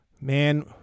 man